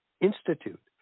Institute